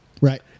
Right